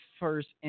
first